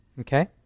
Okay